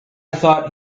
thought